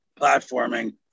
platforming